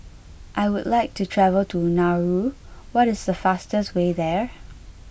I would like to travel to Nauru what is the fastest way there